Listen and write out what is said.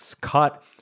cut